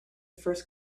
first